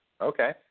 Okay